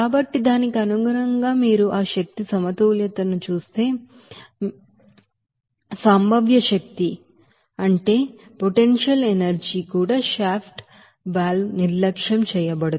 కాబట్టి దానికి అనుగుణంగా మీరు ఆ ఎనర్జీ బాలన్స్ ను చేస్తే కాబట్టి మేము మీకు తెలుసు పొటెన్షియల్ ఎనెర్జి కూడా షాఫ్ట్ వాల్వ్ నిర్లక్ష్యం చేయబడుతుంది